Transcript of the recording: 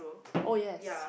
oh yes